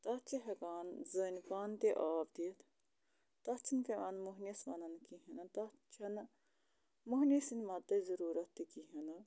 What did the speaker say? تَتھ چھِ ہٮ۪کان زٔنۍ پانہٕ تہِ آب دِتھ تَتھ چھِنہٕ پٮ۪وان موٚہنِوِس وَنُن کِہیٖنۍ نہٕ تَتھ چھَنہٕ موٚہنِو سٕنٛدۍ مَدتٕچ ضٔروٗرتھ تہِ کِہیٖنۍ نہٕ